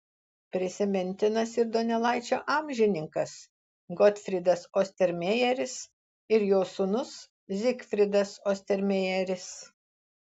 prisimintinas ir donelaičio amžininkas gotfrydas ostermejeris ir jo sūnus zygfridas ostermejeris